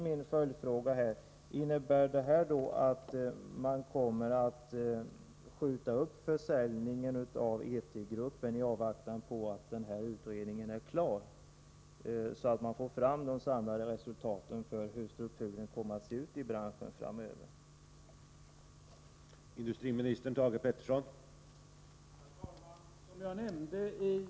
Min följdfråga blir: Innebär detta att man kommer att skjuta upp försäljningen av Etrigruppen i avvaktan på att utredningen blir klar, så att man kan få en samlad bedömning av hur strukturen inom branschen framöver kommer att utvecklas?